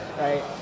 right